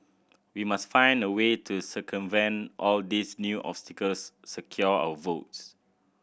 we must find a way to circumvent all these new obstacles secure our votes